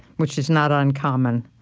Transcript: which is not uncommon.